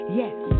yes